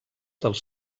dels